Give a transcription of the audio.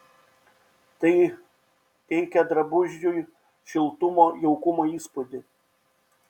tai teikia drabužiui šiltumo jaukumo įspūdį